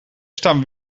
staan